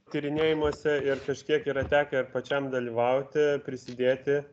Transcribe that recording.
tyrinėjimuose ir kažkiek yra tekę ir pačiam dalyvauti prisidėti